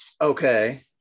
Okay